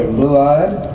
blue-eyed